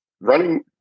running